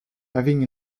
having